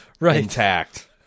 intact